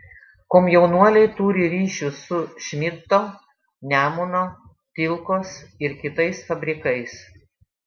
komjaunuoliai turi ryšius su šmidto nemuno tilkos ir kitais fabrikais